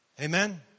Amen